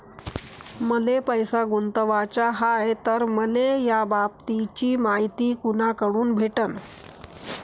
मले पैसा गुंतवाचा हाय तर मले याबाबतीची मायती कुनाकडून भेटन?